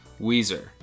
Weezer